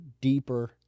deeper